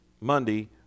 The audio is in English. Monday